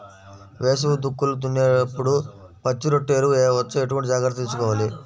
వేసవి దుక్కులు దున్నేప్పుడు పచ్చిరొట్ట ఎరువు వేయవచ్చా? ఎటువంటి జాగ్రత్తలు తీసుకోవాలి?